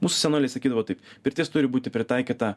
mūsų senoliai sakydavo taip pirtis turi būti pritaikyta